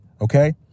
okay